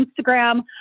Instagram